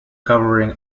covering